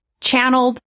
channeled